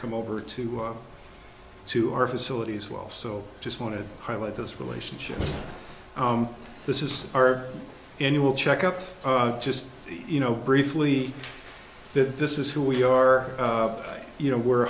come over to to our facilities well so just wanted highlight this relationship with this is our annual check up just you know briefly that this is who we are you know we're